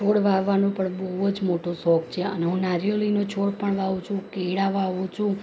છોડ વાવવાનો પણ બહુ જ મોટો શોખ છે અને હું નારિયેળીનો છોડ પણ વાવું છું કેળાં વાવું છું